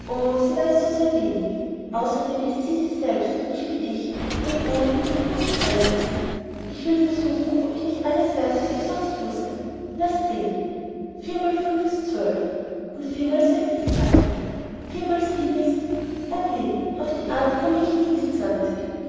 sie weiß so sehr wenig außerdem sie ist sie selbst und ich bin ich und o wie confus es alles ist ich will versuchen ob ich noch alles weiß was ich sonst wußte laß sehen vier mal fünf ist zwölf und vier mal sechs ist dreizehn und vier mal sieben ist o weh auf die art komme ich nie bis zwanzig